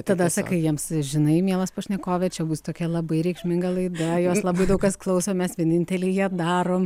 tada sakai jiems žinai mielas pašnekove čia bus tokia labai reikšminga laida jos labai daug kas klauso mes vieninteliai ją darom